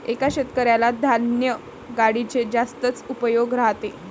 एका शेतकऱ्याला धान्य गाडीचे जास्तच उपयोग राहते